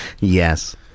Yes